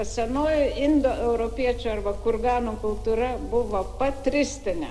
senoji indoeuropiečių arba kurganų kultūra buvo patristinė